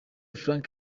frank